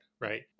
right